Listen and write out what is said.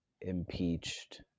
impeached